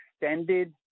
extended